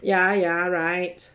ya ya right